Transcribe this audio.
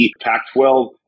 Pac-12